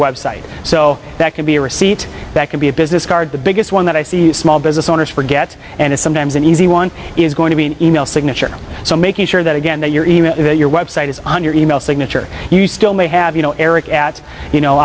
website so that can be a receipt that can be a business card the biggest one that i see small business owners forget and sometimes an easy one is going to be an email signature so making sure that again that your email your website is on your email signature you still may have you know eric at